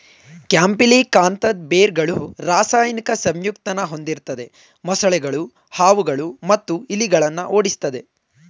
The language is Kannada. ಕ್ಯಾಂಪಿಲಿಕಾಂತದ್ ಬೇರ್ಗಳು ರಾಸಾಯನಿಕ ಸಂಯುಕ್ತನ ಹೊಂದಿರ್ತದೆ ಮೊಸಳೆಗಳು ಹಾವುಗಳು ಮತ್ತು ಇಲಿಗಳನ್ನ ಓಡಿಸ್ತದೆ